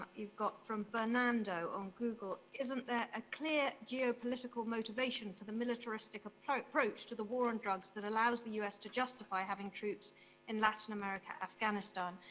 you've got, from bernardo on google, isn't there a clear geopolitical motivation for the militaristic approach approach to the war on drugs that allows the us to justify having troops troops in latin america, afghanistan?